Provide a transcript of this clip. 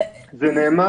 זה נאמר